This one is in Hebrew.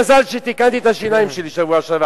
מזל שתיקנתי את השיניים שלי בשבוע שעבר,